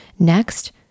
Next